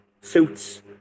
suits